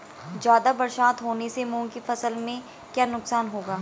ज़्यादा बरसात होने से मूंग की फसल में क्या नुकसान होगा?